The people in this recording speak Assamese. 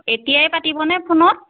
এতিয়াই পাতিবনে ফোনত